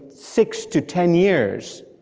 six to ten years,